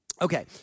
Okay